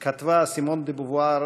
", כתבה סימון דה-בובואר